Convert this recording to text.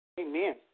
Amen